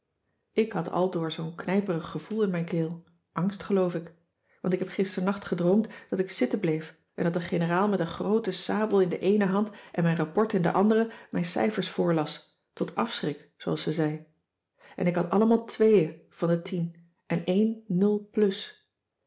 ik had aldoor zoo'n knijperig gevoel in mijn keel angst geloof ik want ik heb gisternacht gedroomd dat ik zitten bleef en dat de generaal met een groote sabel in de eene hand en mijn rapport in de andere mijn cijfers voorlas tot afschrik zooals ze zei en ik had allemaal tweeën van de tien en eén nul plus